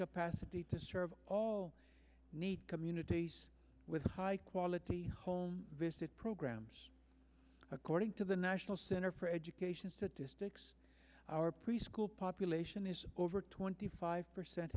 capacity to serve all need communities with high quality home visit programs according to the national center for education statistics our preschool population is over twenty five percent